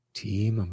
team